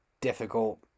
difficult